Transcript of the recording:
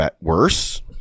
worse